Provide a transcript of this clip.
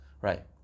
right